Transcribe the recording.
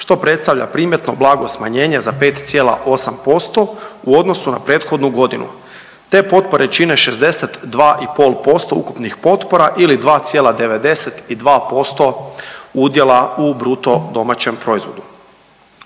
što predstavlja primjetno blago smanjenje za 5,8% u odnosu na prethodnu godinu. Te potpore čine 62,5% ukupnih potpora ili 2,92% udjela u BDP-u. Potpore